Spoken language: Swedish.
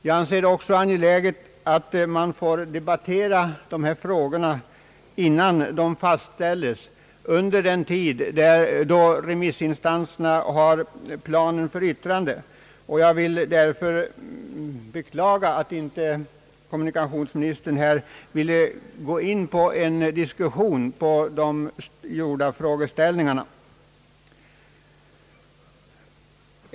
Jag anser det också angeläget att man får debattera dessa frågor innan planerna fastställs, alltså under den tid då remissinstanserna har planen för yttrande. Jag beklagar därför att kommunikationsministern här inte ville gå in på en diskussion av de gjorda frågeställningarna.